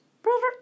Brother